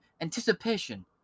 anticipation